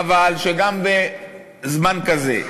חבל שגם בזמן כזה,